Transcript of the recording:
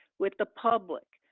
with the public,